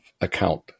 account